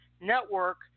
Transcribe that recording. network